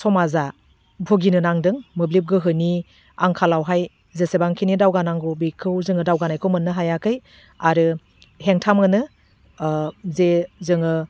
समाजा भुगिनो नांदों मोब्लिब गोहोनि आंखालावहाय जेसेबांखिनि दावगानांगौ बेखौ जोङो दावगानायखौ मोन्नो हायाखै आरो हेंथा मोनो जे जोङो